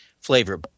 flavor